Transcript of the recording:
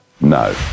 no